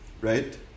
Right